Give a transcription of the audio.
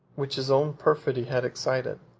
which his own perfidy had excited.